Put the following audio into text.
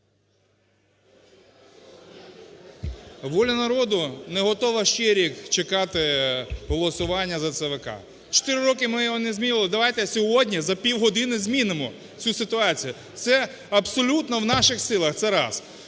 "Воля народу" не готова ще рік чекати голосування за ЦВК. Чотири роки ми його не змінювали, давайте сьогодні за півгодини змінимо цю ситуацію. Це абсолютно в наших силах. Це раз.